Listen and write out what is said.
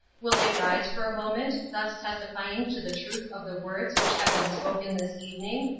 will they rise for a moment, thus testifying to the truth of the words which have been spoken this evening,